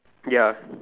ya